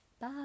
Bye